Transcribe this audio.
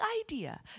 idea